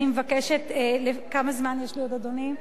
אני מבקשת, כמה זמן יש לי עוד, אדוני?